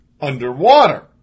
underwater